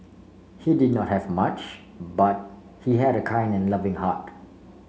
he did not have much but he had a kind and loving heart